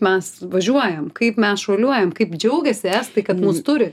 mes važiuojam kaip mes šuoliuojam kaip džiaugiasi estai kad mus turi